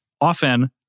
often